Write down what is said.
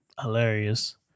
hilarious